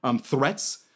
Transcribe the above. threats